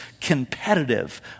competitive